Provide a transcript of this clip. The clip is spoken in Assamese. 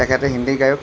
তেখেতে হিন্দী গায়ক